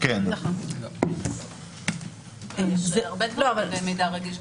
יש הרבה דברים במידע רגיש,